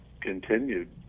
continued